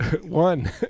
One